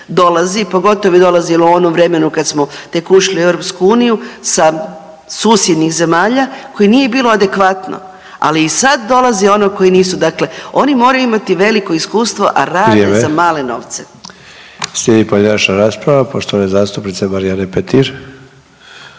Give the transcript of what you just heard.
pogotovo je dolazilo u onom vremenu kad tek smo ušli u EU sa susjednim zemalja koje nije bilo adekvatno, ali i sad dolazi ono koje nisu, dakle, oni moraju veliko iskustvo a rade …/Upadica…vrijeme./… za male novce. **Sanader, Ante (HDZ)** Sljedeća rasprava, poštovane zastupnice Marijane Petir.